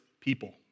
people